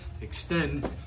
extend